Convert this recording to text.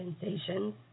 sensations